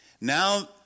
now